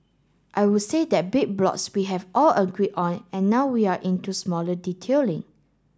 I would say that big blocks we have all agreed on and now we're into smaller detailing